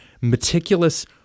meticulous